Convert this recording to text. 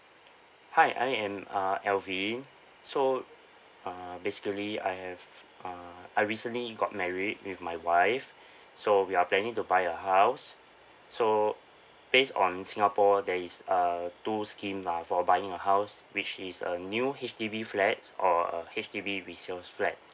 hi I am uh alvin so uh basically I have uh I recently got married with my wife so we are planning to buy a house so based on singapore there is uh two scheme lah for buying a house which is a new H_D_B flat or a H_D_B resale flat